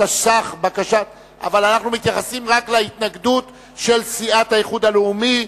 התשס"ח 2007. אנחנו מתייחסים רק להתנגדות של סיעת האיחוד הלאומי.